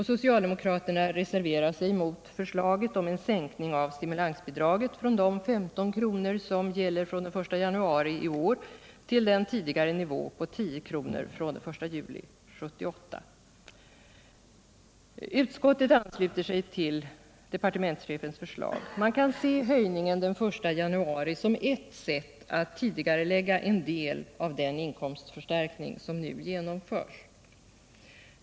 Socialdemokraterna reserverar sig mot förslaget om en sänkning av stimulansbidraget från de 15 kr. som gäller från 1 januari i år till den tidigare nivån på 10 kr. från I juli 1978. Utskottet ansluter sig till departementschefens förslag. Man kan se höjningen den 1 januari som ett sätt att tidigarclägga en del av den inkomstförstärkning som nu genomförs.